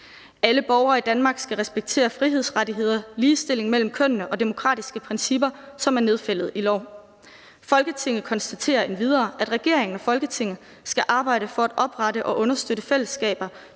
Alle borgere i Danmark skal respektere frihedsrettigheder, ligestilling mellem kønnene og demokratiske principper, som er nedfældet i lov. Folketinget konstaterer endvidere, at regeringen og Folketinget skal arbejde for at oprette og understøtte fællesskaber,